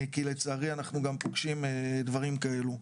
כי לצערי אנחנו גם פוגשים דברים כאלו.